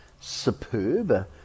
superb